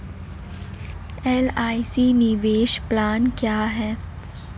LIC निवेश plan क्या है?